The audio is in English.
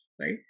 right